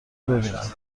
ببینم